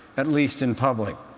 at least in public.